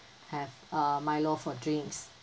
have uh milo for drinks